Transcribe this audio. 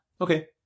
Okay